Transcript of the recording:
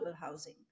housing